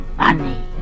money